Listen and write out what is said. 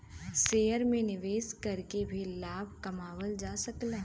share में निवेश करके भी लाभ कमावल जा सकला